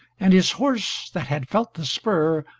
and his horse that had felt the spur,